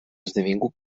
esdevingut